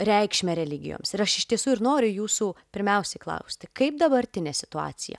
reikšmę religijoms ir aš iš tiesų ir noriu jūsų pirmiausiai klausti kaip dabartinė situacija